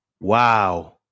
Wow